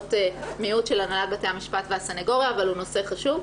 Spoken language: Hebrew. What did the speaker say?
דעות מיעוט של הנהלת בתי המשפט והסניגוריה אבל הוא נושא חשוב.